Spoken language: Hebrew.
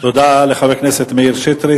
תודה לחבר הכנסת מאיר שטרית.